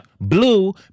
Blue